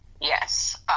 Yes